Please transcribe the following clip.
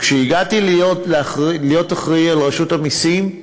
כשהגעתי להיות אחראי על רשות המסים,